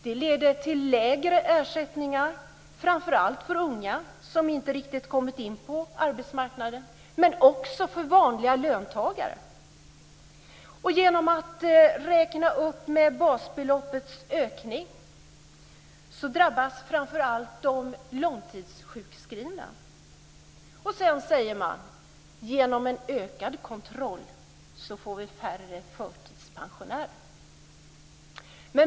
Det leder till lägre ersättningar, framförallt för unga som inte riktigt har kommit in på arbetsmarknaden, men också för vanliga löntagare. Genom att räkna upp med basbeloppets ökning drabbas framför allt de långtidssjukskrivna. Vidare säger man att genom ökad kontroll får vi färre förtidspensionärer.